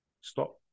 stop